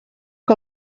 que